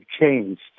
changed